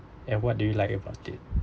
and what do you like about it